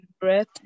breath